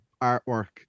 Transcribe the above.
artwork